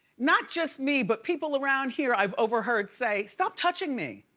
not just me, but people around here, i've overheard say, stop touching me!